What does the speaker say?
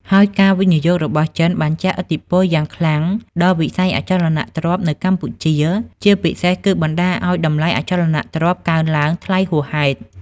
ហើយការវិនិយោគរបស់ចិនបានជះឥទ្ធិពលយ៉ាងខ្លាំងដល់វិស័យអចលនទ្រព្យនៅកម្ពុជា ជាពិសេសគឺបណ្ដាលឲ្យតម្លៃអចលនទ្រព្យកើនឡើងថ្លៃហួសហេតុ។